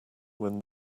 when